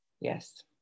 Yes